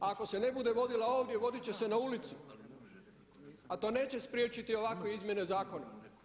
Ako se ne bude vodila ovdje vodit će se na ulici, a to neće spriječiti ovakve izmjene zakona.